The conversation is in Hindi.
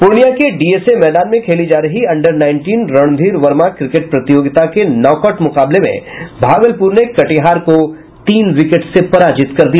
पूर्णियां के डीएसए मैदान में खेली जा रही under nineteen Randhir Verma cricket प्रतियोगिता के नॉक आउट मुकाबले में भागलपुर ने कटिहार को तीन विकेट से पराजित कर दिया